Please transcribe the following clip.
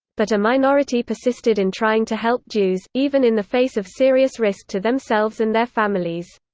but a minority persisted in trying to help jews, even in the face of serious risk to themselves and their families.